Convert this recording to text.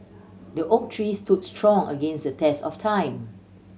the oak tree stood strong against the test of time